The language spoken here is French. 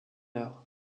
heure